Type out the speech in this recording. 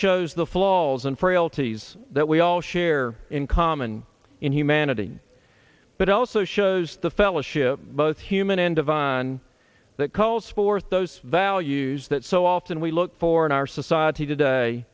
shows the flaws and frailties that we all share in common in humanity but also shows the fellowship both human and divine that calls for throws values that so often we look for in our society today